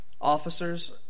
Officers